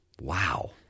Wow